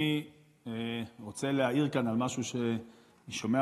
אני רוצה להעיר כאן על משהו שאני שומע